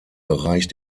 bereich